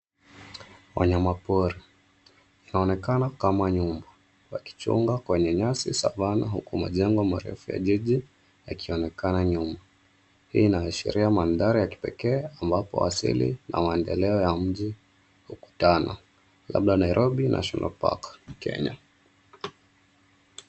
Wanyama pori. Inaonekana kama nyumba wakichunga kwenye nyasi savana huku majengo marefu ya jiji yakionekana nyuma. Hii inaashiria mandhari ya kipekee ambapo asili na maendeleo ya mji hukutana, labda Nairobi National Park, Kenya.